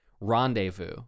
rendezvous